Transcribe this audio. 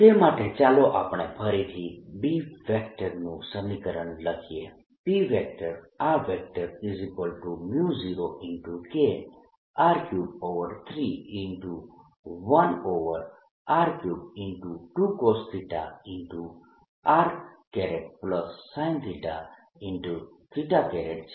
તે માટે ચાલો આપણે ફરીથી B નું સમીકરણ લખીએ B0KR331r32cosθ rsinθ છે